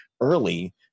early